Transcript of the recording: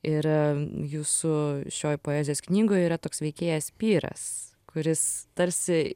ir jūsų šioj poezijos knygoj yra toks veikėjas pyras kuris tarsi